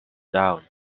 down